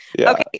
Okay